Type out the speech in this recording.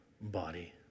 body